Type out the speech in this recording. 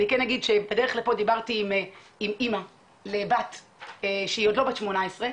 אני אגיד שבדרך לפה דיברתי עם אמא לבת שהיא עוד לא בת 18,